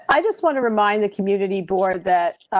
i just want to remind the community board that,